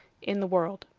in the world.